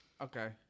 Okay